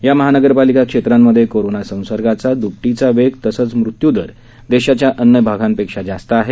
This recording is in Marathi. या महानगरपालिका क्षेत्रांमध्ये कोरोना संसर्गाच्या द्रपटीचा वेग तसंच मृत्यू दर देशाच्या अन्य आगापेक्षा जास्त आहे